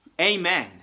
Amen